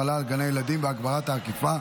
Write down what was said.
החלה על גני ילדים והגברת האכיפה),